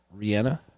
rihanna